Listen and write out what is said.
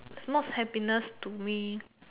most happiness to me